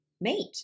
mate